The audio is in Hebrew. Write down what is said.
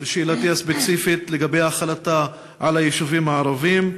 ושאלתי הספציפית היא לגבי החלתה על היישובים הערביים.